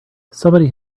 somebody